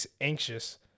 anxious